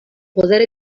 poder